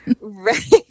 Right